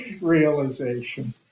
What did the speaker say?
realization